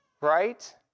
Right